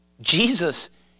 Jesus